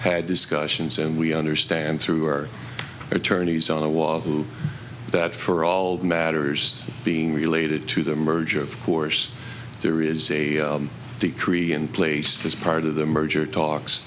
had discussions and we understand through our attorneys on the wall that for all matters being related to the merger of course there is a decree in place as part of the merger talks